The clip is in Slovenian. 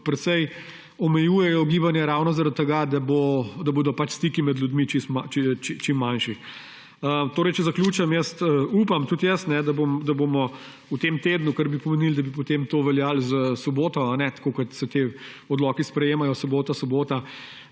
precej omejujejo gibanje ravno zaradi tega, da bodo stiki med ljudmi čim manjši. Če zaključim. Upam tudi jaz, da bomo v tem tednu – kar bi pomenilo, da bi potem to veljalo za soboto, tako kot se ti odloki sprejemajo, sobota–sobota